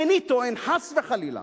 איני טוען, חס וחלילה,